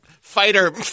Fighter